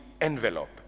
envelope